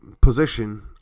position